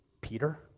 Peter